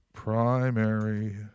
Primary